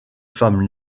femme